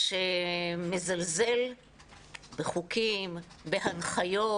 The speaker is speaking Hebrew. שמזלזל בחוקים, בהנחיות